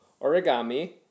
origami